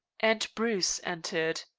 and bruce entered.